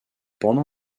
pendant